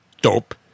Dope